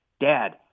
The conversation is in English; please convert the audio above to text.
Dad